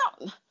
No